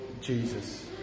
Jesus